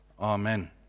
Amen